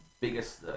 biggest